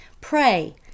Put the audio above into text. pray